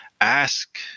ask